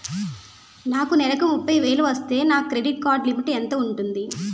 నాకు నెలకు ముప్పై వేలు వస్తే నా క్రెడిట్ కార్డ్ లిమిట్ ఎంత ఉంటాది?